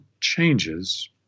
changes